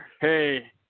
Hey